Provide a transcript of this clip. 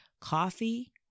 coffee